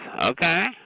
okay